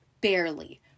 barely